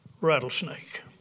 rattlesnake